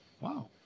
Wow